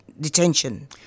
detention